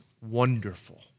wonderful